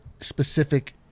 specific